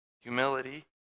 humility